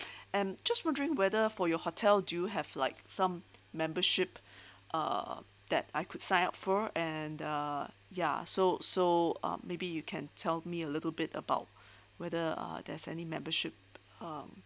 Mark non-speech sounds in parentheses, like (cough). (breath) and just wondering whether for your hotel do you have like some membership (breath) uh that I could sign up for and uh ya so so uh maybe you can tell me a little bit about (breath) whether uh there's any membership um